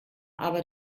aber